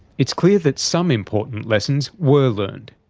it's clear that some important lessons were learned,